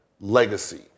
legacy